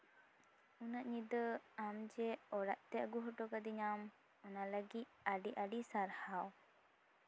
ᱩᱱᱟᱹᱜ ᱧᱤᱫᱟᱹ ᱟᱢ ᱡᱮ ᱚᱲᱟᱜ ᱛᱮ ᱟᱹᱜᱩ ᱦᱚᱴᱚ ᱠᱟᱹᱫᱤᱧᱟᱢ ᱚᱱᱟ ᱞᱟᱹᱜᱤᱫ ᱟᱹᱰᱤ ᱟᱹᱰᱤ ᱥᱟᱨᱦᱟᱣ